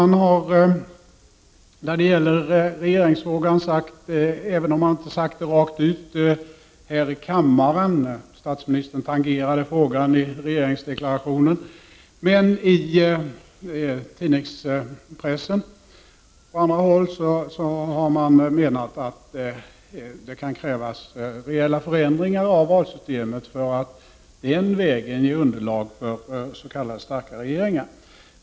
När det gäller regeringsfrågan har man, även om man inte sagt det rakt ut här i kammaren — statsministern tangerade frågan i regeringsdeklarationen — itidningspressen menat att det kan krävas rejäla förändringar av valsystemet för att den vägen ge underlag för s.k. starka regeringar.